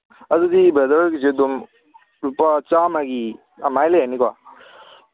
ꯑꯗꯨꯗꯤ ꯕ꯭ꯔꯗꯔ ꯍꯣꯏꯒꯤꯁꯦ ꯑꯗꯨꯝ ꯂꯨꯄꯥ ꯆꯥꯝꯃꯒꯤ ꯑꯗꯨꯃꯥꯏꯅ ꯂꯩꯔꯅꯤꯀꯣ